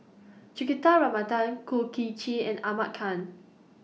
Juthika Kum Kin Chee and Ahmad Khan